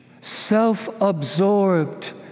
self-absorbed